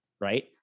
right